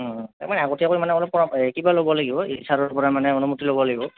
তাৰ মানে আগতীয়াকৈ মানে অলপ পম কিবা ল'ব লাগিব ই ছাৰৰ পৰা মানে অনুমতি ল'ব লাগিব